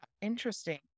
Interesting